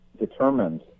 determined